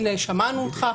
שמענו אותך,